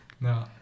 No